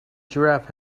giraffe